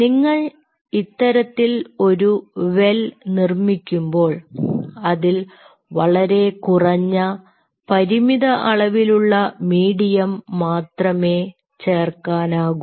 നിങ്ങൾ ഇത്തരത്തിൽ ഒരു വെൽ നിർമ്മിക്കുമ്പോൾ അതിൽ വളരെ കുറഞ്ഞ പരിമിത അളവിലുള്ള മീഡിയം മാത്രമേ ചേർക്കാൻ ആകൂ